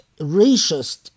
racist